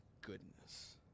goodness